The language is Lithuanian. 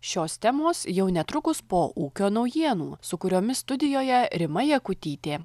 šios temos jau netrukus po ūkio naujienų su kuriomis studijoje rima jakutytė